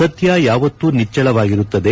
ಸತ್ಕ ಯಾವತ್ತು ನಿಚ್ಚಳವಾಗಿರುತ್ತದೆ